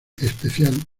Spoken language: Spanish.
especial